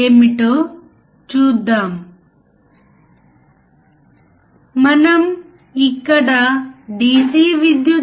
2 వోల్ట్ల మనం చూస్తాము